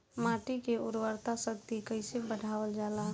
माटी के उर्वता शक्ति कइसे बढ़ावल जाला?